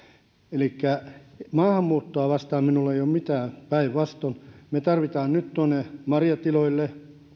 elikkä maahanmuuttoa vastaan minulla ei ole mitään päinvastoin me tarvitaan nyt marjatiloille